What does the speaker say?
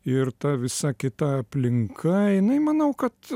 ir ta visa kita aplinka jinai manau kad